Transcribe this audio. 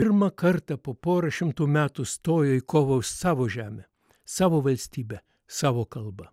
pirmą kartą po poros šimtų metų stojo į kovą už savo žemę savo valstybę savo kalbą